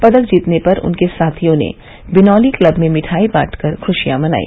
पदक जीतने पर उनके साथियों ने बिनौली क्लब में मिठाई बांट कर खुशियां मनाई